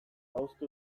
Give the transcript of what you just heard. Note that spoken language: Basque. ahozko